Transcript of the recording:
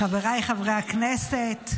חבריי חברי הכנסת,